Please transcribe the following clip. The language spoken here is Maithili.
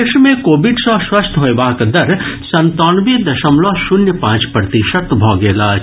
देश मे कोविड सॅ स्वस्थ होयबाक दर संतानवे दशमलव शून्य पांच प्रतिशत भऽ गेल अछि